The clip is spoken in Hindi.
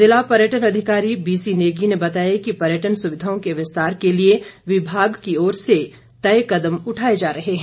जिला पर्यटन अधिकारी बीसी नेगी ने बताया कि पर्यटन सुविधाओं के विस्तार के लिए विभाग की ओर से तय कदम उठाए जा रहे हैं